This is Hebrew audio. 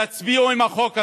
תצביעו עם החוק הזה.